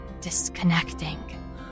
disconnecting